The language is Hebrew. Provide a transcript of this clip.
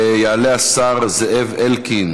יעלה השר זאב אלקין